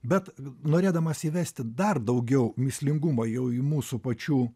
bet norėdamas įvesti dar daugiau mįslingumo jau į mūsų pačių